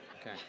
Okay